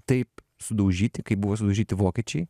taip sudaužyti kaip buvo sulaužyti vokiečiai